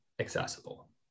accessible